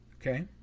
Okay